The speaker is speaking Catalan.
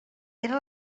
era